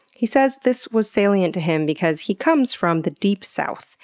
he says this was salient to him because he comes from the deep south,